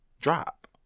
drop